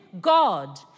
God